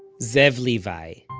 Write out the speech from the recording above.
zev levi